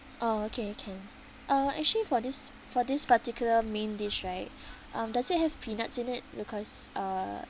oh okay can uh actually for this for this particular main dish right um does it have peanuts in it because uh